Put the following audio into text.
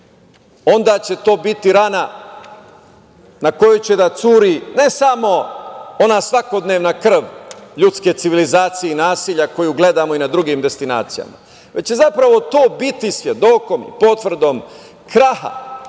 onda će to biti rana na kojoj će da curi ne samo ona svakodnevna krv ljudske civilizacije i nasilja koju gledamo i na drugim destinacijama, već je zapravo to biti svedokom i potvrdom kraha,